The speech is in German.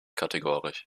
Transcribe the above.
kategorisch